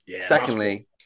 Secondly